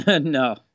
No